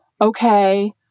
okay